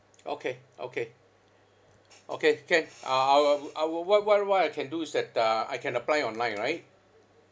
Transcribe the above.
okay okay okay can uh I will I will wha~ wha~ what I can do is that uh I can apply it online right